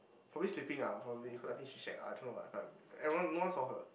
probably sleeping ah probably cause I think she shag ah I don't know lah but everyone no one saw her